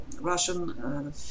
russian